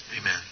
Amen